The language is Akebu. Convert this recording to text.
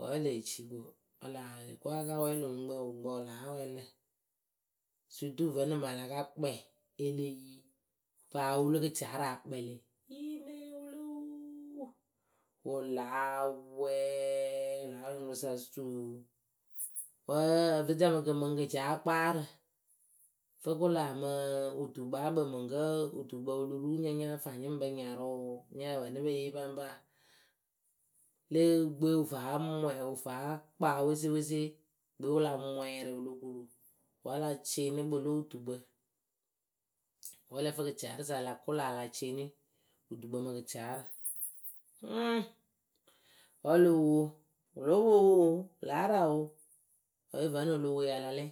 wǝ́ e lee ci ko, a laa ko a ka wɛɛ lö nyuŋkpǝ, nyuŋkpǝ wɨ láa wɛɛ lǝ̈. Sirtuu vǝ́nɨ mɨ a la ka kpɛɛ e le yi, paa o wolu gɩtiarǝ a kpɛlɩ iiniuluuu wɨ laaaa wɛɛɛɛɛ wɨ láa wɛɛ nyuŋkpɨsa suuuu. Wǝ́ ǝfɨcamɨkǝ mɨŋ gɩcaakpaarǝ, fɨ kʊla mɨɨɨ wutukpaakpǝ mɨŋkǝ́ wɨtukpǝ wɨ lo ruu nya nyáa fa nyɨ ŋ pǝ nyarʊʊ nyǝh pǝ nɨ pe yee paŋpaa, le gbɨwe wɨ faa mwɛ, wɨ faa kpaa wesewese gbɨwe wɨ la mwɛɛrɩ wɨ lo kuru wǝ́ a la cɩɩnɩ kpɨlo wɨtukpǝ, wǝ́ ǝ lǝ fɨ gɩciaarǝsa a la kʊla a la cɩɩnɩ wɨtukpǝ mɨ gɩcaarǝ, hɨɨɨɨŋ! wǝ́ o lo wo, wɨ lóo po owo oo wɨ láa raŋ oo! wǝ́ vǝ́nɨŋ o lo wo yɨ a la lɛɛ.